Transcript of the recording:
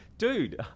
dude